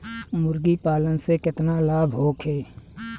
मुर्गीपालन से केतना लाभ होखे?